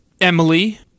Emily